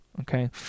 okay